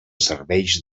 serveis